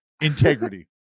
Integrity